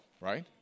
right